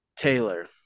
Taylor